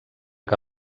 que